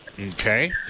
Okay